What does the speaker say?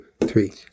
three